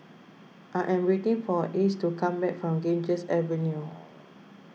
I am waiting for Ace to come back from Ganges Avenue